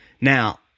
now